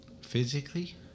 Physically